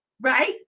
right